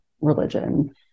religion